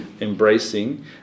embracing